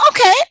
Okay